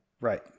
Right